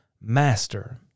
master